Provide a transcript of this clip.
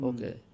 Okay